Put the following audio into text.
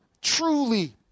truly